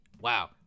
Wow